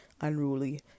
unruly